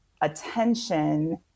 attention